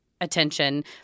attention